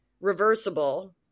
reversible